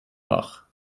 wach